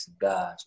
God